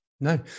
No